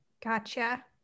Gotcha